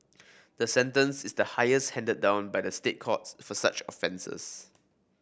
the sentence is the highest handed down by the State Courts for such offences